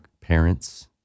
parents